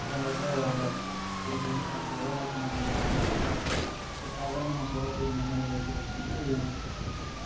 இதெல்லாம் பார்த்தா கேஜ்வீல் அடுத்த உழவு ஓட்டணும் அப்படின்னு சொன்னால் இப்போ சாதாரணமாக சோள பயிறு இந்தமாதிரி விதைக்கிறதுக்கு வந்து